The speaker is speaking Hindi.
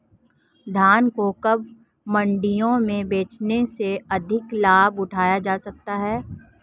धान को कब मंडियों में बेचने से अधिक लाभ उठाया जा सकता है?